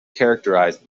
characterized